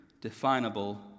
definable